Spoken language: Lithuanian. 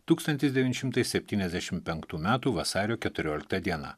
tūkstantis devyni šimtai septyniasdešim penktų vasario keturiolikta diena